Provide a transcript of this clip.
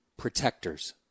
protectors